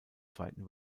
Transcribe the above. zweiten